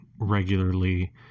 regularly